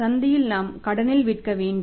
சந்தையில் நாம் கடனில் விற்க வேண்டும்